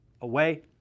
away